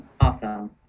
Awesome